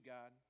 God